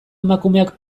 emakumeak